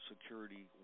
security